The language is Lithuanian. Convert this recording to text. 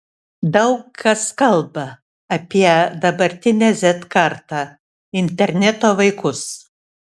daug kas kalba apie dabartinę z kartą interneto vaikus